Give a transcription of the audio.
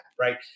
Right